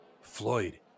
Floyd